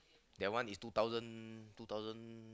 that one is two thousand two thousand